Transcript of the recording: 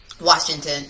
Washington